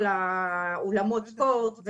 לאוךמות הספורט,